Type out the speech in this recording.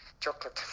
Chocolate